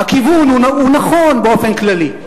הוא נכון באופן כללי.